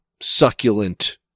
succulent